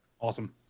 Awesome